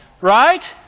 Right